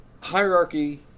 hierarchy